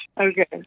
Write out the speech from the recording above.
Okay